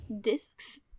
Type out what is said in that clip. Discs